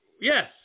Yes